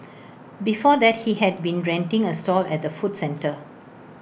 before that he had been renting A stall at the food centre